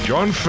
John